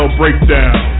breakdown